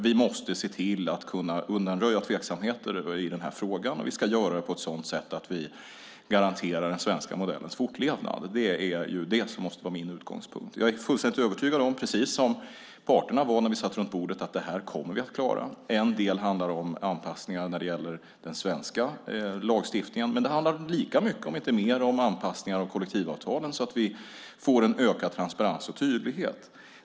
Vi måste se till att kunna undanröja tveksamheter i den här frågan, och vi ska göra det på ett sådant sätt att vi garanterar den svenska modellens fortlevnad. Det måste vara min utgångspunkt. Jag är fullständigt övertygad om, precis som parterna var när vi satt runt bordet, att vi kommer att klara detta. En del handlar om anpassningar när det gäller den svenska lagstiftningen, men det handlar lika mycket, om inte mer, om anpassningar av kollektivavtalen så att vi får en ökad transparens och tydlighet.